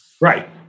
Right